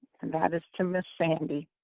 and that is to miss sandy.